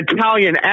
Italian